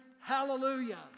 Hallelujah